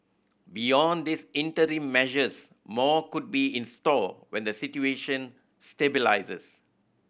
beyond these interim measures more could be in store when the situation stabilises